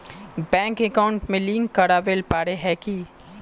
Bank account में link करावेल पारे है की?